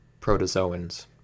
protozoans